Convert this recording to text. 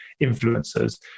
influencers